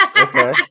Okay